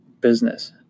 business